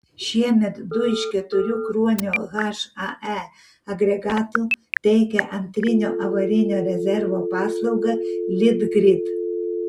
šiemet du iš keturių kruonio hae agregatų teikia antrinio avarinio rezervo paslaugą litgrid